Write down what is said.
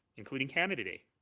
including canada day.